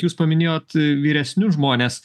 jūs paminėjot vyresnius žmones